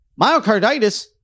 myocarditis